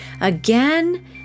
again